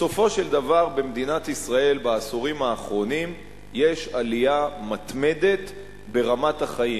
בסופו של דבר במדינת ישראל בעשורים האחרונים יש עלייה מתמדת ברמת החיים.